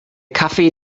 kaffee